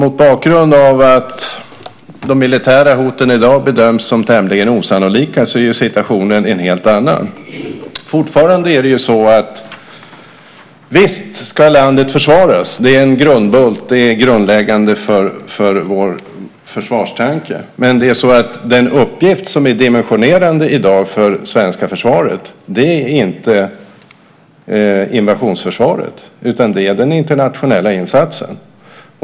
Mot bakgrund av att de militära hoten i dag bedöms som tämligen osannolika är situationen en helt annan. Visst ska landet fortfarande försvaras. Det är grundläggande för vår försvarstanke. Men den uppgift som är dimensionerande i dag för svenska försvaret är inte invasionsförsvaret utan den internationella insatsen.